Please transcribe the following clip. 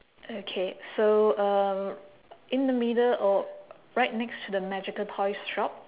okay so uh in the middle or right next to the magical toys shop